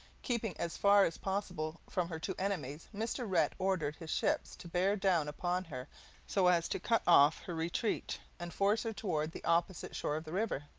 keeping as far as possible from her two enemies, mr. rhett ordered his ships to bear down upon her so as to cut off her retreat and force her toward the opposite shore of the river.